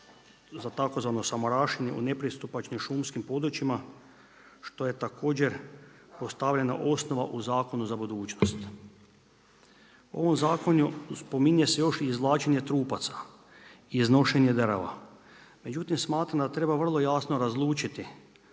za tzv. samarašenje u nepristupačnim šumskim područjima što je također postavljena osnova u zakonu za budućnost. U ovom zakonu spominje se još i izvlačenje trupaca i iznošenje drva. Međutim, smatram da treba vrlo jasno razlučiti